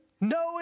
No